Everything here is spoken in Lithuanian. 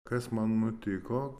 kas man nutiko